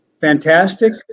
Fantastic